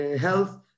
health